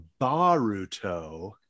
Baruto